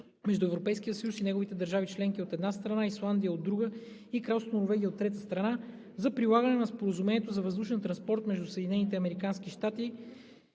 между Европейския съюз и неговите държави членки, от една страна, Исландия, от друга страна, и Кралство Норвегия, от трета страна, за прилагане на Споразумението за въздушен транспорт между